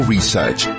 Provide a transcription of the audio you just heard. Research